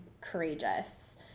courageous